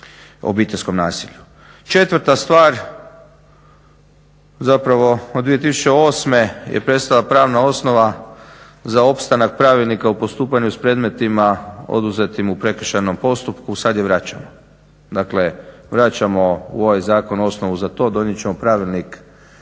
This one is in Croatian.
o obiteljskom nasilju. Četvrta stvar zapravo od 2008. je prestala pravna osnova za opstanak Pravilnika o postupanju s predmetima oduzetim u prekršajnom postupku sad je vraćamo. Dakle, vraćamo u ovaj zakon osnovu za to. Donijet ćemo Pravilnik